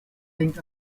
hängt